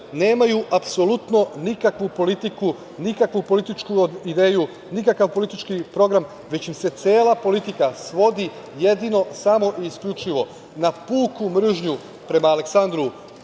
nemaju apsolutno nikakvu politiku, nikakvu političku ideju, nikakav politički program, već im se cela politika svodi jedino, samo i isključivo na puku mržnju prema Aleksandru